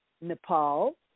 Nepal